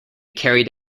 carried